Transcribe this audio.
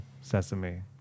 sesame